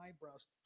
eyebrows